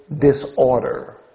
disorder